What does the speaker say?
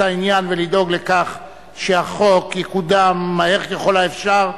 העניין ולדאוג לכך שהחוק יקודם מהר ככל האפשר,